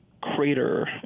crater